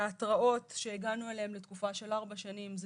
ההתראות שהגענו אליהן לתקופה של ארבע שנים זה